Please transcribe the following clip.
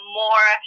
more